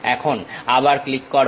এখন আবার ক্লিক করো